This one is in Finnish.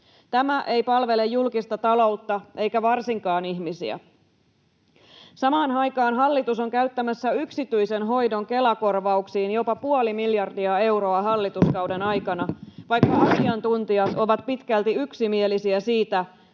Tämä ei palvele julkista taloutta eikä varsinkaan ihmisiä. Samaan aikaan hallitus on käyttämässä yksityisen hoidon Kela-korvauksiin jopa puoli miljardia euroa hallituskauden aikana, vaikka asiantuntijat ovat pitkälti yksimielisiä siitä,